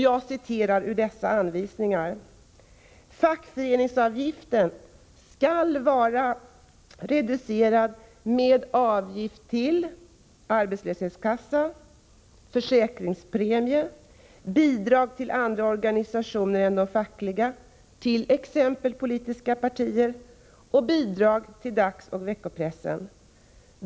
Jag citerar ur dessa anvisningar: ”Underlaget, fackföreningsavgiften, skall vara reducerat med avgift till arbetslöshetskassa, försäkringspremier, bidrag till andra organisationer än den fackliga, t.ex. politiska partier och bidrag till dagsoch veckopressen.